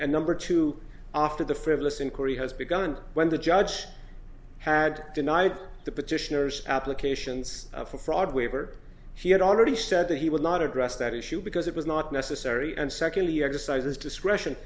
and number two after the frivolous inquiry has begun when the judge had denied the petitioners applications for fraud waiver she had already said that he would not address that issue because it was not necessary and secondly exercises discretion